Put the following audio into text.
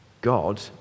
God